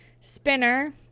Spinner